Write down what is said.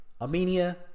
Armenia